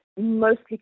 Mostly